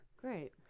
Great